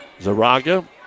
Zaraga